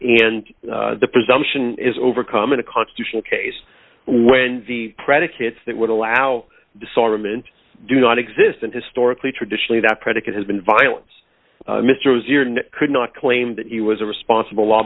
and the presumption is overcome in a constitutional case when the predicates that would allow disarmament do not exist and historically traditionally that predicate has been violence mr could not claim that he was a responsible law